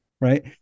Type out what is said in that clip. Right